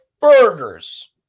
burgers